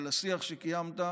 על השיח שקיימת,